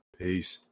peace